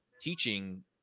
teaching